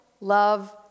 love